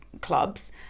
clubs